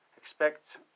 expect